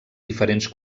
diferents